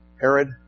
Herod